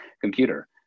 computer